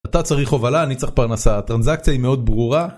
אתה צריך הובלה, אני צריך פרנסה, הטרנזקציה היא מאוד ברורה